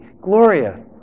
Gloria